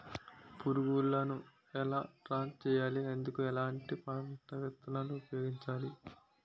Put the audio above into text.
పురుగులను ఎలా ట్రాప్ చేయాలి? అందుకు ఎలాంటి పంట విధానం ఉపయోగించాలీ?